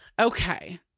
Okay